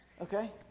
okay